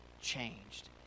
changed